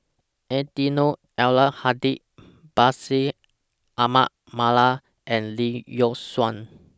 Eddino Abdul Hadi Bashir Ahmad Mallal and Lee Yock Suan